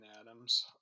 Adams